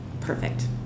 perfect